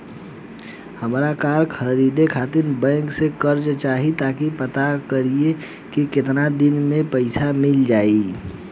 हामरा कार खरीदे खातिर बैंक से कर्जा चाही तनी पाता करिहे की केतना दिन में पईसा मिल जाइ